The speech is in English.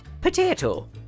potato